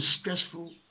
stressful